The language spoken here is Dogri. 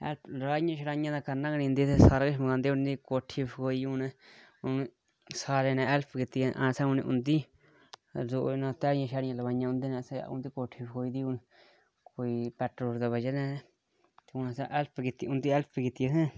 लड़ाइयां ते करना नीं दिंदे हुन जेह् हुंदी कोठी फकोई ते सारे जने असें हैल्प कीती हुंदी रोज़ दिहाड़ियां लाइयां हुंदे नै कोई पैट्रोल दी बजह् कन्नै